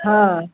हँ